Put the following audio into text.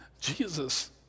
Jesus